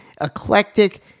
eclectic